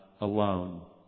alone